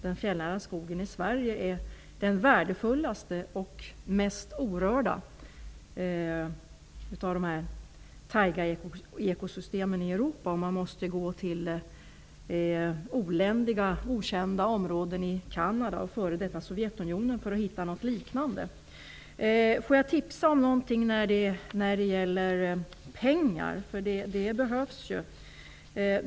Den fjällnära skogen i Sverige är den värdefullaste och mest orörda av taiga-ekosystemen i Europa. Man får gå till oländiga, okända områden i Canada och f.d. Sovjetunionen för att hitta något liknande. Det behövs pengar. Jag vill här lämna ett tips.